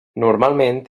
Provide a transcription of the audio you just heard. normalment